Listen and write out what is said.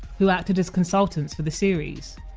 who acted as consultants for the series.